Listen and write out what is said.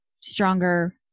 stronger